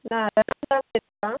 न